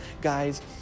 Guys